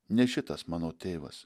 ne šitas mano tėvas